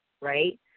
right